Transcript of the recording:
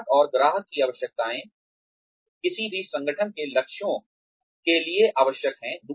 ग्राहक और ग्राहक की आवश्यकताएं किसी भी संगठन के लक्ष्यों के लिए आवश्यक हैं